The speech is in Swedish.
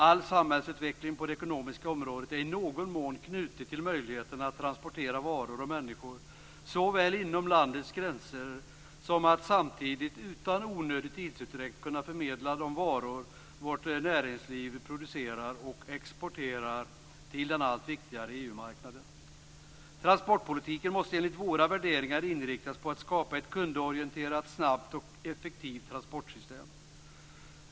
All samhällsutveckling på det ekonomiska området är i någon mån knuten till möjligheten att transportera varor och människor inom landets gränser och att utan onödig tidsutdräkt kunna förmedla de varor vårt näringsliv producerar och exporterar till den allt viktigare EU-marknaden. Transportpolitiken måste enligt våra värderingar inriktas på att skapa ett kundorienterat, snabbt och effektivt transportsystem.